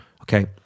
Okay